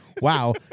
wow